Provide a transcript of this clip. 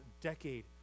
decade